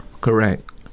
correct